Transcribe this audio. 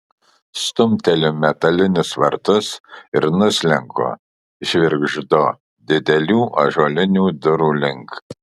stumteliu metalinius vartus ir nuslenku žvirgždu didelių ąžuolinių durų link